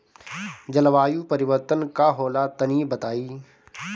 जलवायु परिवर्तन का होला तनी बताई?